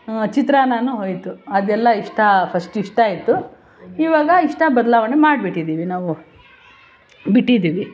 ಚಿತ್ರಾನ್ನನು ಹೋಯಿತು ಅದೆಲ್ಲ ಇಷ್ಟ ಫಸ್ಟ್ ಇಷ್ಟ ಇತ್ತು ಇವಾಗ ಇಷ್ಟ ಬದಲಾವಣೆ ಮಾಡ್ಬಿಟ್ಟಿದೀವಿ ನಾವು ಬಿಟ್ಟಿದ್ದೀವಿ